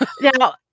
Now